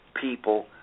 people